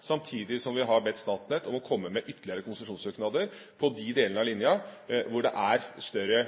samtidig som vi har bedt Statnett om å komme med ytterligere konsesjonssøknader på de delene av linja hvor det er større